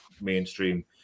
mainstream